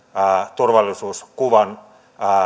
turvallisuuskuvan